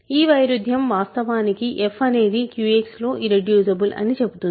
ఈ వైరుధ్యం వాస్తవానికి f అనేది QX లో ఇర్రెడ్యూసిబుల్ అని చెప్తుంది